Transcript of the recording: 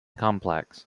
complex